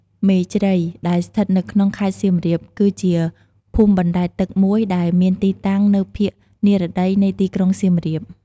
មេជ្រៃ ដែលស្ថិតនៅក្នុង ខេត្តសៀមរាប គឺជាភូមិបណ្ដែតទឹកមួយដែលមានទីតាំងនៅភាគនិរតីនៃទីក្រុងសៀមរាប។